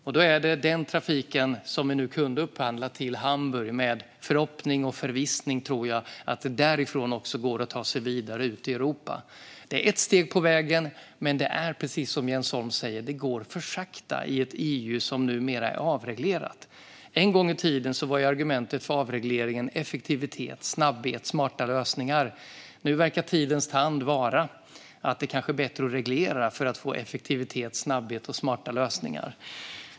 Vi kunde upphandla trafiken till Hamburg, och det är min förhoppning och förvissning att det går att ta sig vidare därifrån ut i Europa. Detta är ett steg på vägen. Men, precis som Jens Holm säger, går det för sakta i ett EU som numera är avreglerat. En gång i tiden var argumentet för avregleringen effektivitet, snabbhet och smarta lösningar. Nu verkar tidens tand visa att det kanske är bättre att reglera för att få effektivitet, snabbhet och smarta lösningar.